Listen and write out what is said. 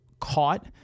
caught